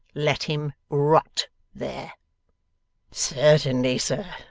let him rot there certainly, sir.